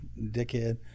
dickhead